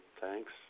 Thanks